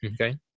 Okay